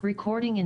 בהמשך לדיון